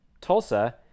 tulsa